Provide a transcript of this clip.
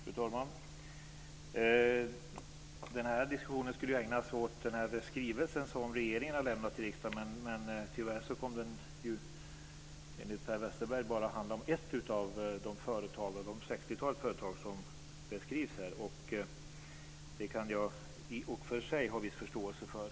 Fru talman! Den här diskussionen skulle ju ägnas åt den skrivelse som regeringen har lämnat till riksdagen. Tyvärr kom den enligt Per Westerberg att handla om bara ett av det sextiotal företag som beskrivs här. Det kan jag i och för sig ha viss förståelse för.